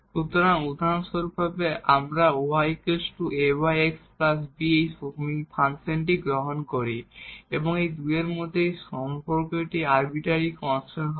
সুতরাং উদাহরণস্বরূপ আমরা এই ফাংশনটি গ্রহণ করি এই দুইটির মধ্যে এই সম্পর্কটি আরবিটারি কনস্ট্যান্ট হবে